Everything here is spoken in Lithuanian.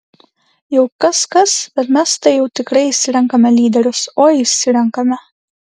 jau kas kas bet mes tai jau tikrai išsirenkame lyderius oi išsirenkame